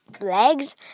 legs